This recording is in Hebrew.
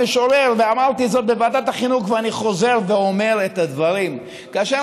אמרתי זאת בוועדת החינוך ואני חוזר ואומר את הדברים: כאשר